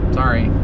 sorry